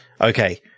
okay